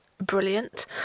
brilliant